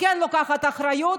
וכן לקחת אחריות.